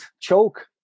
Choke